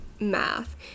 math